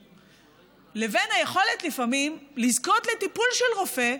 לבין היכולת לפעמים לזכות לטיפול של רופא,